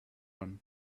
one